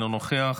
אינו נוכח,